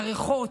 הריחות,